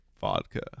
vodka